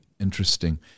Interesting